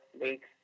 weeks